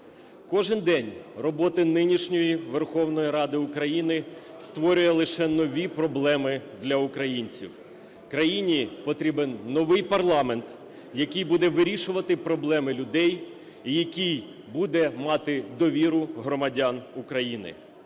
Кожен день роботи нинішньої Верховної Ради України створює лише нові проблеми для українців. Країні потрібен новий парламент, який буде вирішувати проблеми людей, який буде мати довіру громадян України.